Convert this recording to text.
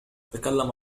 تكلم